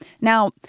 Now